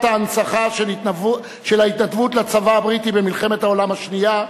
ההנצחה של ההתנדבות לצבא הבריטי במלחמת העולם השנייה,